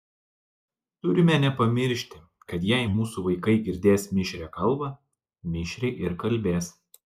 turime nepamiršti kad jei mūsų vaikai girdės mišrią kalbą mišriai ir kalbės